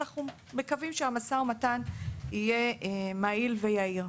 אנחנו מקווים שהמשא ומתן יהיה מהיר ויעיל.